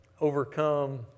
overcome